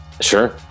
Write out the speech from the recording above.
Sure